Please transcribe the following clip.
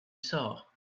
saw